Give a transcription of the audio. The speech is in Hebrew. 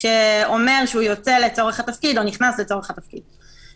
שאומר שהוא יוצא או נכנס לצורך התפקיד.